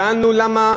שאלנו למה